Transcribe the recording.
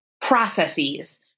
processes